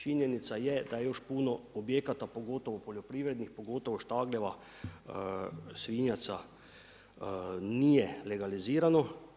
Činjenica je da je još puno objekata, pogotovo poljoprivrednih, pogotovo štagljeva, svinjaca, nije legalizirano.